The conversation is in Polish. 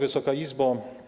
Wysoka Izbo!